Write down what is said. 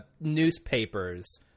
newspapers